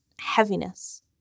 heaviness